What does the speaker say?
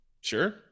Sure